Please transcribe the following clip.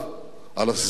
על הסדרים.